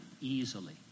easily